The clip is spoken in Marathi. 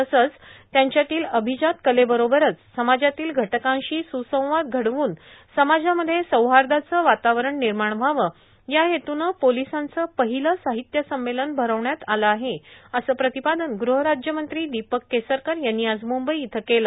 तसंच त्यांच्यातील अभिजात कलेबरोबरच समाजातील घटकांशी स्संवाद घडवून समाजामध्ये सौहार्दाचे वातावरण निर्माण व्हावं या हेतूनं पोलिसांचं पहिलेच साहित्य संमेलन भरविण्यात आले आहे असं प्रतिपादन गुहराज्यमंत्री दिपक केसरकर यांनी आज मुंबई इथं केलं